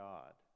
God